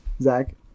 Zach